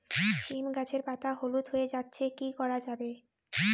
সীম গাছের পাতা হলুদ হয়ে যাচ্ছে কি করা যাবে?